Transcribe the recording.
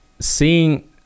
seeing